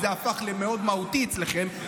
כי זה הפך למאוד מהותי אצלכם,